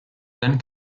then